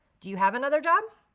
do you have another job?